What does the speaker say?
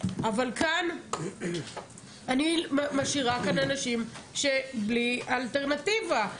אבל כאן אני משאירה אנשים שהם בלי אלטרנטיבה.